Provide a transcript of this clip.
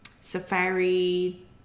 Safari